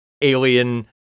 alien